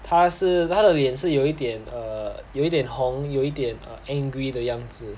他是他的脸是有一点 err 有一点红有一点 err angry 的样子